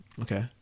Okay